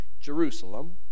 Jerusalem